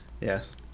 Yes